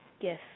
Yes